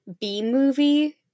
B-movie